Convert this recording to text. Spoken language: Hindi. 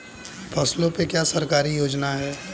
फसलों पे क्या सरकारी योजना है?